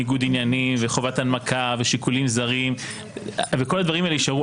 ניגוד עניינים וחובת הנמקה ושיקולים זרים וכל הדברים האלה יישארו,